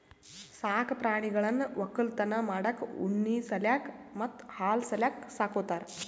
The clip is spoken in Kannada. ಸಾಕ್ ಪ್ರಾಣಿಗಳನ್ನ್ ವಕ್ಕಲತನ್ ಮಾಡಕ್ಕ್ ಉಣ್ಣಿ ಸಲ್ಯಾಕ್ ಮತ್ತ್ ಹಾಲ್ ಸಲ್ಯಾಕ್ ಸಾಕೋತಾರ್